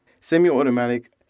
Semi-automatic